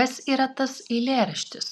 kas yra tas eilėraštis